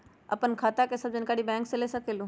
आपन खाता के सब जानकारी बैंक से ले सकेलु?